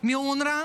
מאונר"א